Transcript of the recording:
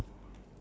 ya